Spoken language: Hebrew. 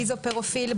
איזופרופיל,